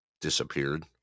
disappeared